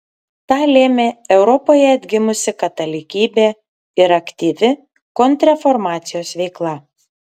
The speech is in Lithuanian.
tą lėmė europoje atgimusi katalikybė ir aktyvi kontrreformacijos veikla